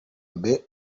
mbe